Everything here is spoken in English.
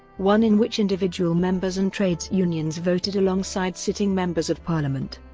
one in which individual members and trades unions voted alongside sitting members of parliament.